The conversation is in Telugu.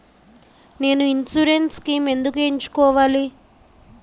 నేను ఇన్సురెన్స్ స్కీమ్స్ ఎందుకు ఎంచుకోవాలి?